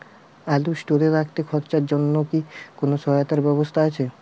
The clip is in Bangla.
আলু স্টোরে রাখতে খরচার জন্যকি কোন সহায়তার ব্যবস্থা আছে?